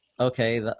okay